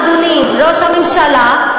אדוני ראש הממשלה,